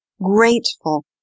grateful